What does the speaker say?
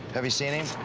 have you seen him?